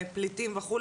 פליטים וכו',